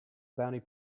bounty